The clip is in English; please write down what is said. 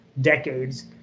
decades